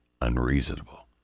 unreasonable